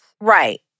Right